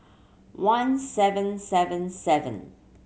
one seven seven seven